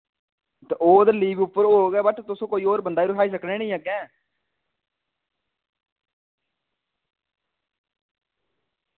ते ओह् ते लीव उप्पर होग बट तुस कोई होर बंदा बी रखाई सकने नी अग्गें